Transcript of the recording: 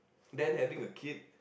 then having a kid